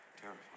Terrifying